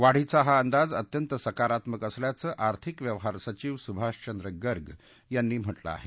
वाढीचा हा अंदाज अत्यंत सकारात्मक असल्याचं आर्थिक व्यवहार सचीव सुभाषचंद्र गर्ग यांनी म्हटलं आहे